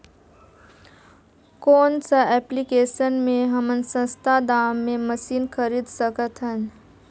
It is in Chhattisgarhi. कौन सा एप्लिकेशन मे हमन सस्ता दाम मे मशीन खरीद सकत हन?